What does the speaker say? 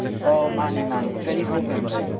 ꯑꯧ ꯃꯥꯅꯦ ꯃꯥꯅꯦ ꯀꯔꯤ ꯄ꯭ꯔꯣꯕ꯭ꯂꯦꯝ ꯂꯩꯔꯦ